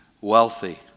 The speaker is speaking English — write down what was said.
wealthy